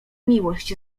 miłość